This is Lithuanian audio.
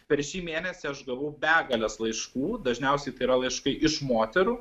per šį mėnesį aš gavau begales laiškų dažniausiai tai yra laiškai iš moterų